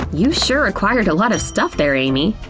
you sure acquired a lot of stuff there, amy!